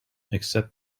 except